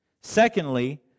Secondly